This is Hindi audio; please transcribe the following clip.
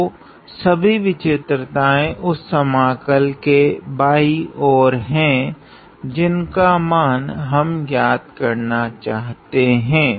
तो सभी विचित्रताएँ उस समाकल के बाँयी ओर है जिसका मान हम ज्ञात करना चाहते हैं